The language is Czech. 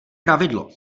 pravidlo